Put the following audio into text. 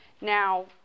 Now